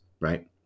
right